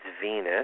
Venus